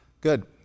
Good